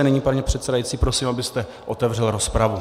Nyní, pane předsedající, prosím, abyste otevřel rozpravu.